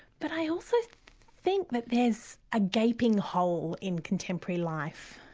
but i also think that there's a gaping hole in contemporary life.